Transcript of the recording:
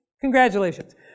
Congratulations